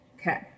Okay